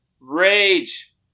Rage